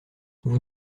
vous